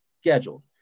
scheduled